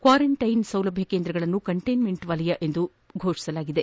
quarantine ಸೌಲಭ್ಡ ಕೇಂದ್ರಗಳನ್ನು containment ಪ್ರದೇಶ ಎಂದು ಘೋಷಿಸಲಾಗಿದೆ